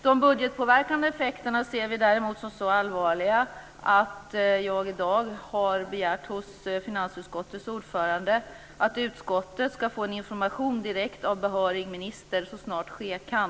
De budgetpåverkande effekterna ser vi som så allvarliga att jag i dag har begärt hos finansutskottets ordförande att utskottet ska få information direkt från behörig minister så snart ske kan.